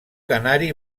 canari